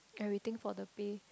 everything for the pay